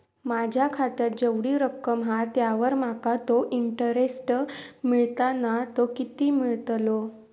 माझ्या खात्यात जेवढी रक्कम हा त्यावर माका तो इंटरेस्ट मिळता ना तो किती मिळतलो?